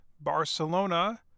Barcelona